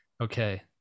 Okay